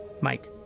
Mike